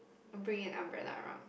don't bring an umbrella around